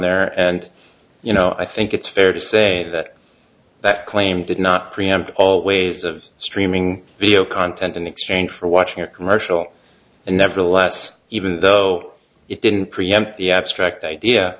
there and you know i think it's fair to say that that claim did not preempt all ways of streaming video content in exchange for watching a commercial and nevertheless even though it didn't preempt the abstract idea